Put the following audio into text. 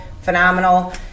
phenomenal